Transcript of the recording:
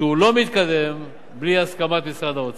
שהוא לא מתקדם בלי הסכמת משרד האוצר.